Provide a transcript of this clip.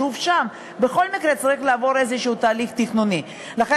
בכל מקרה צריך לעבור תהליך תכנוני כלשהו.